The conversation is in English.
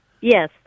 Yes